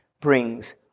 brings